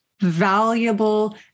valuable